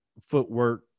footwork